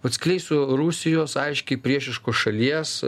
atskleisiu rusijos aiškiai priešiškos šalies